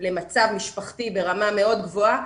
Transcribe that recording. למצב משפחתי ברמה מאוד גבוהה,